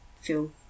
feel